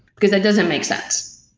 because that doesn't make sense.